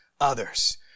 others